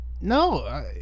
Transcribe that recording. no